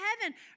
heaven